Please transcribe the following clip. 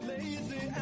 Lazy